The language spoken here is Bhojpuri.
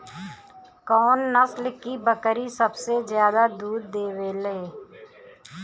कौन नस्ल की बकरी सबसे ज्यादा दूध देवेले?